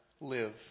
live